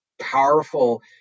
powerful